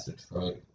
Detroit